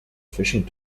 fishing